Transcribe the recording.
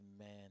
Amen